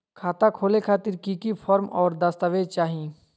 खाता खोले खातिर की की फॉर्म और दस्तावेज चाही?